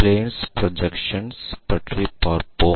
planes projections பற்றி பார்ப்போம்